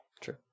True